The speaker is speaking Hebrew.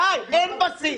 די, אין בסיס.